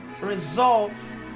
results